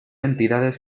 entidades